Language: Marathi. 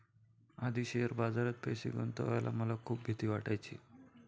आधी शेअर बाजारात पैसे गुंतवायला मला खूप भीती वाटायची